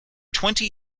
twenty